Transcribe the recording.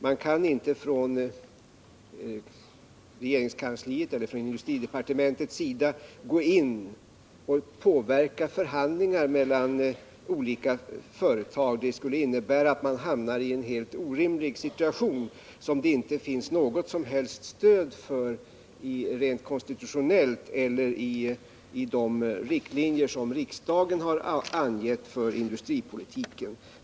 Man kan inte från regeringskansliets eller industridepartementets sida gå in och påverka förhandlingar mellan olika företag. Det skulle innebära att man hamnar i en helt orimlig situation. Och det finns inte något som helst stöd för detta rent konstitutionellt eller i de riktlinjer som riksdagen angett för industripolitiken.